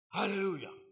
Hallelujah